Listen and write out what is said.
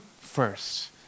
first